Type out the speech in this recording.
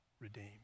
redeemed